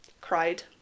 cried